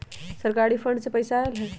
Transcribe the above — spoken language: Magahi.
सरकारी फंड से पईसा आयल ह?